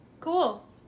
Cool